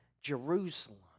Jerusalem